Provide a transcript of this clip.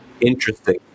Interesting